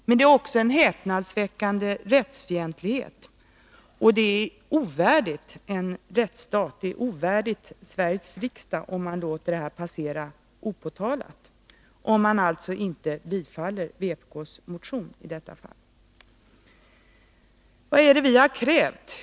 Men det är också en häpnadsväckande rättsfientlighet, och det är ovärdigt en rättsstat och ovärdigt Sveriges riksdag om man låter detta passera opåtalt och inte bifaller vpk:s motion i detta fall. Vad är det vi har krävt?